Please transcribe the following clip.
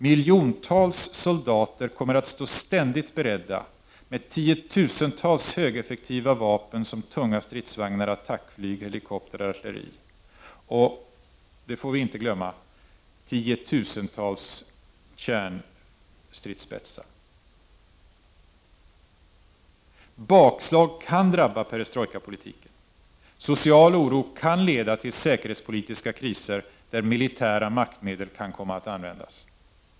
Miljontals sol | dater kommer ständigt att stå beredda med 10 000-tals högeffektiva vapen som tunga stridsvagnar, attackflyg, helikoptrar, artilleri och — det får vi inte | glömma — 10 000-tals kärnstridsspetsar. | Bakslag kan drabba perestrojkapolitiken. Social oro kan leda till säkerhetspolitiska kriser där militära maktmedel kan komma att användas.